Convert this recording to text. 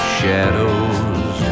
shadows